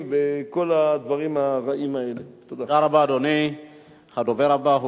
אנחנו